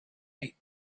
eat